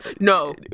no